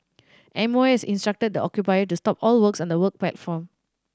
M O has instructed the occupier to stop all works on the work platform